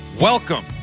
welcome